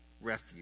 refuge